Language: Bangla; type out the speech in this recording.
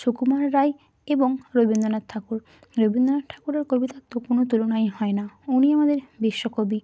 সুকুমার রায় এবং রবীন্দ্রনাথ ঠাকুর রবীন্দ্রনাথ ঠাকুরের কবিতার তো কোনো তুলনাই হয় না উনি হলেন বিশ্বকবি